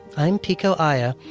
i'm pico iyer.